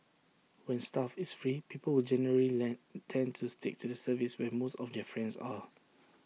when stuff is free people will generally lend tend to stick to the service where most of their friends are